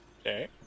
okay